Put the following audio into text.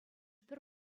пӗр